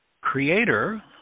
Creator